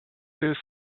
this